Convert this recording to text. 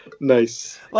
Nice